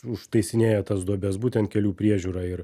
užtaisinėjat tas duobes būtent kelių priežiūra ir